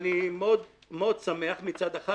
ואני מאוד שמח מצד אחד